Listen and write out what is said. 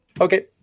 Okay